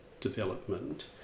development